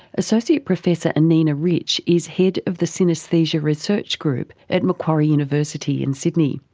associate professor anina rich is head of the synaesthesia research group at macquarie university in sydney.